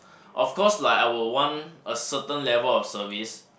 of course like I would one a certain level of service